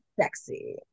sexy